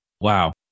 wow